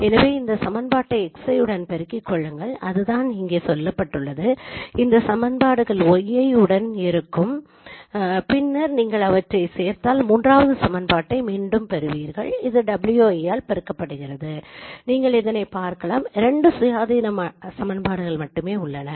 எனவே இந்த சமன்பாட்டை x i உடன் பெருக்கிக் கொள்ளுங்கள் அதுதான் இங்கே சொல்லப்பட்டுள்ளது இந்த சமன்பாடுகள் y i உடன் இருக்கும் பின்னர் நீங்கள் அவற்றைச் சேர்த்தால் மூன்றாவது சமன்பாட்டை மீண்டும் பெறுவீர்கள் இது w i ஆல் பெருக்கப்படுகிறது நீங்கள் இதை பார்க்கலாம் இரண்டு சுயாதீன சமன்பாடுகள் மட்டுமே உள்ளன